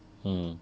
mm